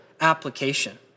application